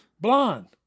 blonde